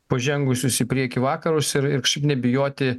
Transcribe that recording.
pažengusius į priekį vakarus ir kažkaip nebijoti